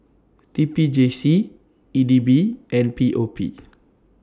T P J C E D B and P O P